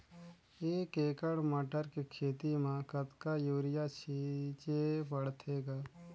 एक एकड़ मटर के खेती म कतका युरिया छीचे पढ़थे ग?